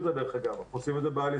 דרך אגב, אנחנו עושים את זה בעל-יסודי.